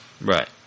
right